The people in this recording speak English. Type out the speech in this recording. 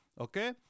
okay